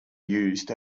used